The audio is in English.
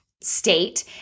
state